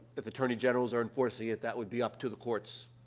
if attorney generals are enforcing it, that would be up to the courts.